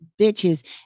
bitches